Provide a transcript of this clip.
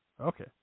Okay